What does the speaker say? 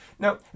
Now